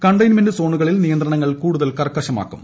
containment സോണുകളിൽ നിയന്ത്രണങ്ങൾ കൂടുത്ത് ക്ർക്കശമാക്കും